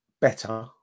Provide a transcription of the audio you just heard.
better